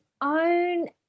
own